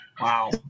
Wow